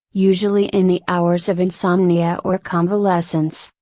usually in the hours of insomnia or convalescence,